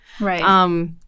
Right